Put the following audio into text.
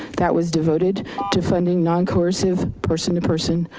that was devoted to funding non-coercive. person to person,